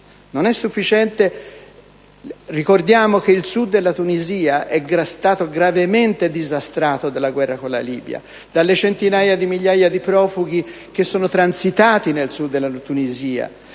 sufficiente. Ricordiamo che il Sud della Tunisia è stato gravemente disastrato dalla guerra con la Libia, dalle centinaia di migliaia di profughi transitati dal Sud, dalle centinaia